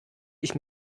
ich